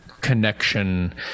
connection